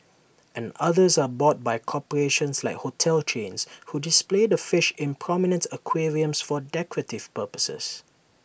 and others are bought by corporations like hotel chains who display the fish in prominent aquariums for decorative purposes